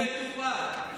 הוא מטופל.